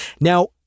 Now